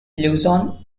luzon